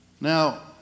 Now